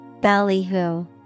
Ballyhoo